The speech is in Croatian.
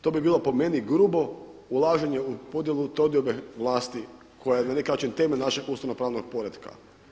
To bi bilo po meni grubo ulaženje u podjelu trodiobe vlasti koja je na neki način temelj našeg ustavno pravnog poretka.